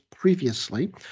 previously